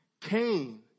Cain